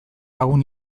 lagun